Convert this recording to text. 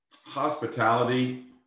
hospitality